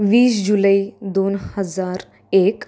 वीस जुलै दोन हजार एक